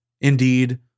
Indeed